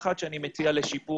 זו הערה אחת שאני מציע לשיפור.